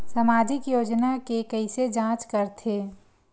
सामाजिक योजना के कइसे जांच करथे?